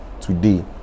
today